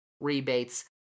rebates